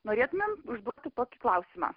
norėtumėm užduoti tokį klausimą